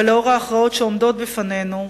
ולאור ההכרעות שעומדות בפנינו,